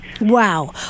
Wow